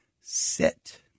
sit